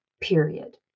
period